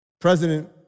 President